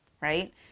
right